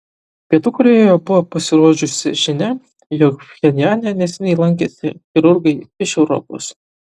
pietų korėjoje buvo pasirodžiusi žinia jog pchenjane neseniai lankėsi chirurgai iš europos